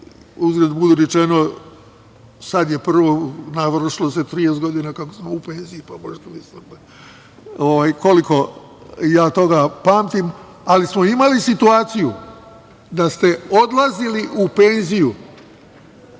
uzgred rečeno, sad se navršilo 30 godina kako sam u penziji, pa možete misliti koliko ja toga pamtim, ali smo imali situaciju da ste odlazili u penziju